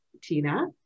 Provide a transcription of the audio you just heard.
Tina